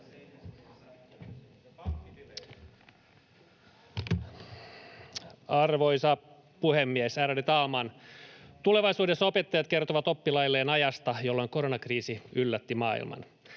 Arvoisa puhemies, ärade talman! Tulevaisuudessa opettajat kertovat oppilailleen ajasta, jolloin koronakriisi yllätti maailman.